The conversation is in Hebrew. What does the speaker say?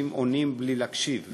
איך אנשים עונים בלי להקשיב?